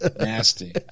Nasty